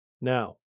Now